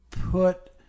put